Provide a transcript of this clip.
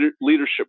leadership